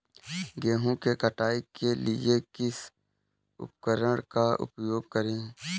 गेहूँ की कटाई करने के लिए किस उपकरण का उपयोग करें?